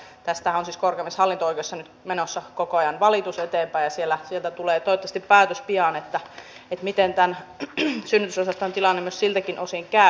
tästähän on siis korkeimmassa hallinto oikeudessa nyt menossa koko ajan valitus eteenpäin ja sieltä tulee toivottavasti pian päätös siitä miten synnytysosastojen tilanteen myös siltä osin käy